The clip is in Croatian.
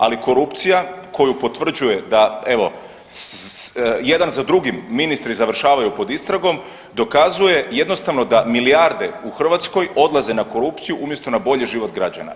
Ali korupcija koju potvrđuje da evo jedan za drugim ministri završavaju pod istragom dokazuje jednostavno da milijarde u Hrvatskoj odlaze na korupciju umjesto na bolji život građana.